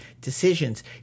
decisions